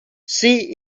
see